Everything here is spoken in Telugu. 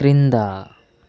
క్రింద